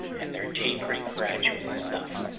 and their tapering gradual enough,